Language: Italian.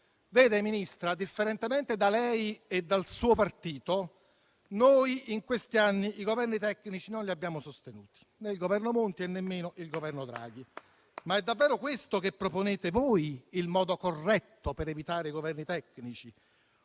Ministra, differentemente da lei e dal suo partito, noi in questi anni i Governi tecnici non li abbiamo sostenuti, né il Governo Monti, né il Governo Draghi. Ma è davvero, questo che proponete voi, il modo corretto per evitare i Governi tecnici?